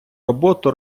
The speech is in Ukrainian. роботу